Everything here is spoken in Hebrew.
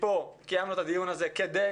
מפה קיימנו את הדיון הזה כדי